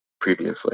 previously